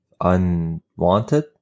unwanted